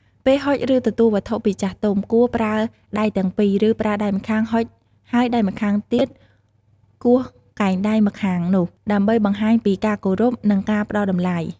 ពេលហុចឬទទួលវត្ថុពីចាស់ទុំ គួរ ប្រើដៃទាំងពីរ ឬប្រើដៃម្ខាងហុចហើយដៃម្ខាងទៀតគោះកែងដៃម្ខាងនោះ ដើម្បីបង្ហាញពីការគោរព និងការផ្ដល់តម្លៃ។